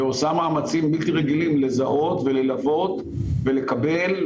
ועושה מאמצים בלתי רגילים לזהות וללוות ולקבל,